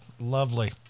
Lovely